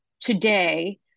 today